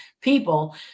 people